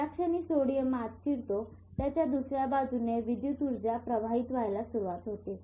ज्या क्षणी सोडियम आत शिरतो त्याच्या दुसऱ्या बाजूने विद्युत ऊर्जा प्रवाहित व्हायला सुरुवात होते